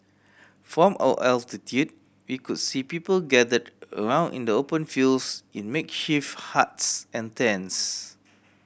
from our altitude we could see people gathered around in the open fields in makeshift huts and tents